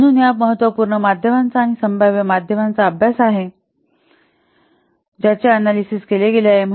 म्हणूनच ह्या महत्त्वपूर्ण माध्यमांचा आणि संभाव्य माध्यमांचा अभ्यास आहे ज्याचे अनॅलिसिस केले गेले आहे